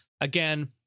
again